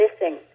missing